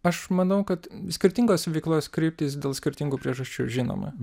aš manau kad skirtingos veiklos kryptys dėl skirtingų priežasčių žinoma